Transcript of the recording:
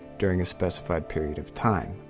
during a specified period of time.